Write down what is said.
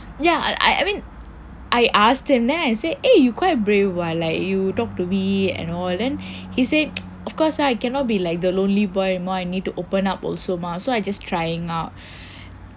so is like I mean I asked him then I say eh you quite brave [what] like you talk to me and all then he said of course ah I cannot be like the lonely boy you know I need to open up also mah so I just trying out